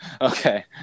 Okay